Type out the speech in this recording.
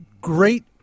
great